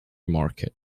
market